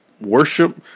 worship